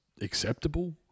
acceptable